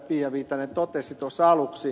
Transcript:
pia viitanen totesi tuossa aluksi